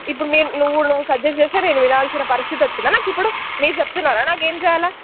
ఇప్పుడు మీరు నువ్వు నువ్వు సజెస్ట్ చేస్తే నేను వినాల్సిన పరిస్థితి వచ్చిందా నాకిప్పుడు మీరు చెప్తున్నారా నాకేం చెయ్యాలా